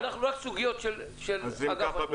אנחנו רק סוגיות של אגף התנועה.